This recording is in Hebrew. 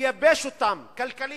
נייבש אותם כלכלית".